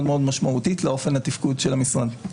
מאוד משמעותית לאופן התפקוד של המשרד.